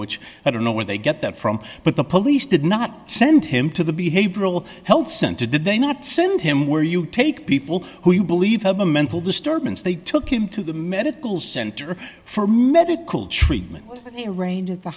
which i don't know where they get that from but the police did not send him to the behavioral health center did they not send him where you take people who you believe have a mental disturbance they took him to the medical center for medical treatment a range at the